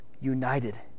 united